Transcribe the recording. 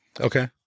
Okay